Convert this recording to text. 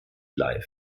live